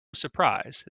surprise